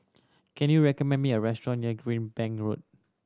can you recommend me a restaurant near Greenbank Road